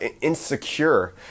insecure